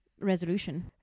resolution